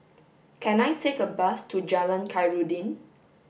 can I take a bus to Jalan Khairuddin